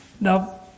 Now